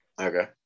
okay